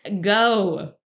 go